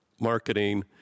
marketing